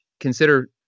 consider